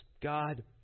God